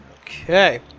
Okay